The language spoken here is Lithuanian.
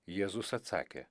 jėzus atsakė